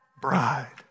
bride